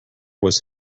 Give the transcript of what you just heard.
was